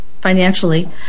financially